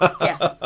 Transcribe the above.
yes